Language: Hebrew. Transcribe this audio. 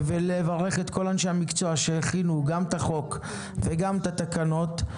ולברך את כל אנשי המקצוע שהכינו גם את החוק וגם את התקנות,